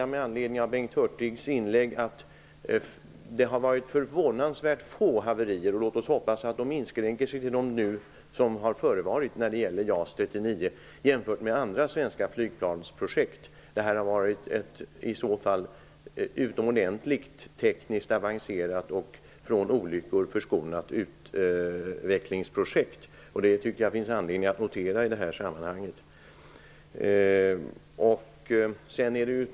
Med anledning av Bengt Hurtigs inlägg vill jag också säga att det har inträffat förvånansvärt få haverier med JAS 39 jämfört med andra svenska flygplan, och låt oss hoppas att de inskränker sig till dem som nu har förevarit! Jas 39-projektet har varit ett utomordentligt tekniskt avancerat och från olyckor förskonat utvecklingsprojekt. Det finns anledning att notera det i det här sammanhanget.